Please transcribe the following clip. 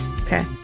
Okay